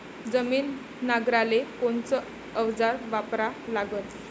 जमीन नांगराले कोनचं अवजार वापरा लागन?